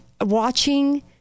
watching